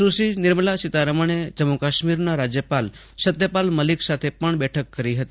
સુરી નિર્મલા સીતારમણે જમ્મુ કાશ્મીરના રાજ્યપાલ સત્યપાલ મલિક સાથે પણ બેઠક કરી હતી